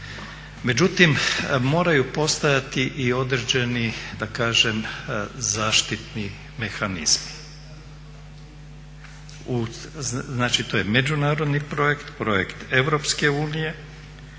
Međutim, moraju postojati i određeni da kažem zaštitni mehanizmi. Znači to je međunarodni projekt, projekt Europske unije